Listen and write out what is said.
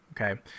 okay